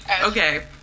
okay